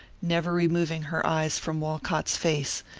never removing her eyes from walcott's face,